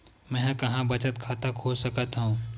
मेंहा कहां बचत खाता खोल सकथव?